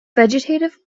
vegetative